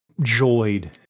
joyed